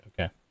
okay